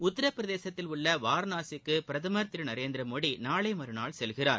உத்தர பிரதேசத்தில் உள்ள வாரணாசிக்கு பிரதமர் திரு நரேந்திர மோடி நாளை மறுநாள் செல்கிறார்